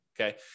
okay